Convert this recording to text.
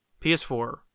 PS4